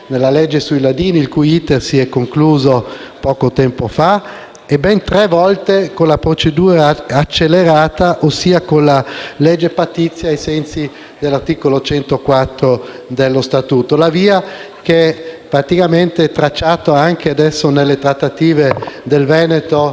Con la legge di stabilità del 2014 abbiamo ottenuto la competenza primaria per i tributi locali e per la finanza locale. Ciò ha consentito al legislatore provinciale di sostituire l'IMU con l'imposta provinciale sugli immobili,